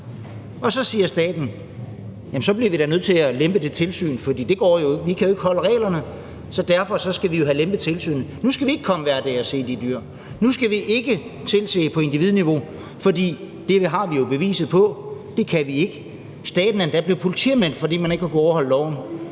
Og så siger man fra statens side: Vi bliver da nødt til at lempe det tilsyn, for det går jo ikke; vi kan jo ikke overholde reglerne, så derfor skal vi have lempet tilsynet; nu skal vi ikke komme hver dag og se til de dyr; nu skal vi ikke tilse på individniveau, for det har vi jo beviset på at vi ikke kan. Staten er endda blevet politianmeldt, fordi man ikke har kunnet overholde loven.